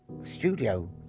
studio